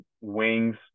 wings